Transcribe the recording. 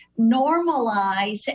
normalize